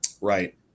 Right